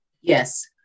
Yes